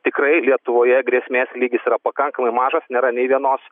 tikrai lietuvoje grėsmės lygis yra pakankamai mažas nėra nei vienos